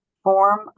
form